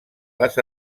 les